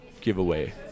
giveaway